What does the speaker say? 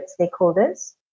stakeholders